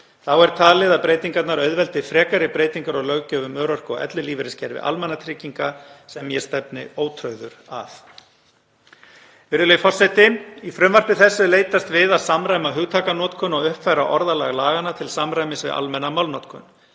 Þá er talið að breytingarnar auðveldi frekari breytingar á löggjöf um örorku- og ellilífeyriskerfi almannatrygginga sem ég stefni ótrauður að. Virðulegi forseti. Í frumvarpinu er leitast við að samræma hugtakanotkun og uppfæra orðalag laganna til samræmis við almenna málnotkun.